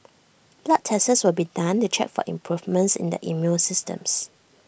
blood tests will be done to check for improvements in their immune systems